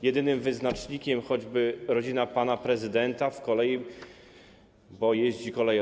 Jedynym wyznacznikiem choćby rodzina pana prezydenta w kolei: bo jeździ koleją.